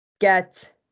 get